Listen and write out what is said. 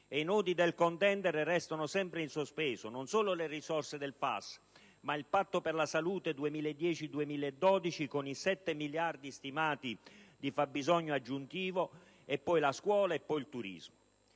e i nodi del contendere restano sempre in sospeso. Non solo le risorse del FAS, ma anche il Patto per la salute 2010-2012, con i 7 miliardi di fabbisogno aggiuntivo stimati, e poi la scuola ed il turismo.